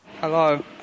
Hello